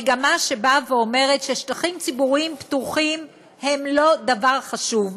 שאומרת ששטחים ציבוריים פתוחים הם לא דבר חשוב,